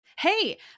Hey